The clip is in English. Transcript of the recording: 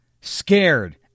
scared